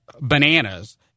bananas